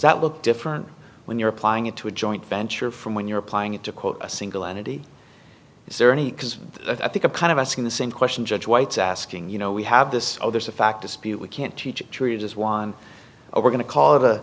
that look different when you're applying it to a joint venture from when you're applying it to quote a single entity is there any because i think a kind of asking the same question judge white's asking you know we have this oh there's a fact dispute we can't teach trees as won over going to call